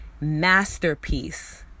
masterpiece